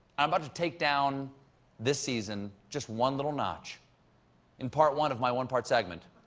i'm about to take down this season just one little notch in part one of my one-part segment,